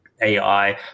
AI